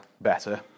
better